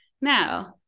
Now